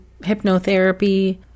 hypnotherapy